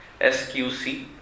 SQC